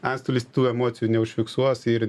antstolis tų emocijų neužfiksuos ir